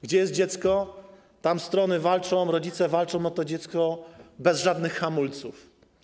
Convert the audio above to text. Gdzie jest dziecko, tam strony walczą, rodzice walczą o to dziecko bez żadnych hamulców.